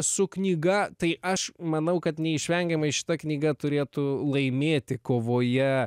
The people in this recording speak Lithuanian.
su knyga tai aš manau kad neišvengiamai šita knyga turėtų laimėti kovoje